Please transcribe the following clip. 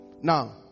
now